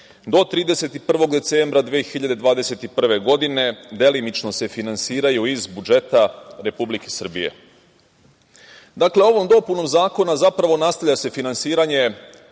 do 31. decembra 2021. godine delimično se finansiraju iz budžeta Republike Srbije“.Dakle, ovom dopunom zakona nastavlja se finansiranje